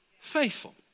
Faithful